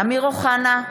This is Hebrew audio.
אמיר אוחנה,